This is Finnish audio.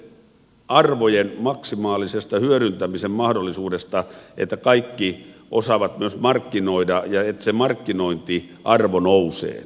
kysymys on tietysti arvojen maksimaalisesta hyödyntämisen mahdollisuudesta että kaikki osaavat myös markkinoida ja että se markkinointiarvo nousee